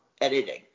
editing